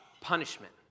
punishment